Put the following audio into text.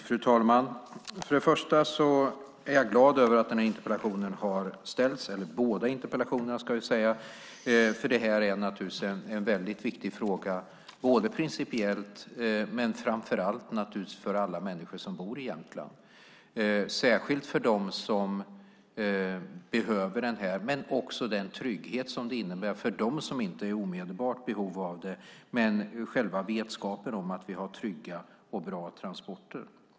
Fru talman! Jag är glad att de här interpellationerna har ställts. Det här är en principiellt viktigt fråga, och den är framför allt viktig för alla människor som bor i Jämtland. Den är särskilt viktig för dem som behöver den, men det handlar också om tryggheten för dem som inte är i omedelbart behov av den genom själva vetskapen om att vi har trygga och bra transporter.